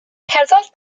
cerddodd